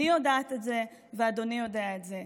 אני יודעת את זה ואדוני יודע את זה.